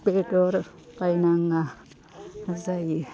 बेदर बायनाङा जायो